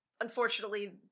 unfortunately